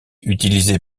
utilisés